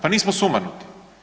Pa nismo sumanuti.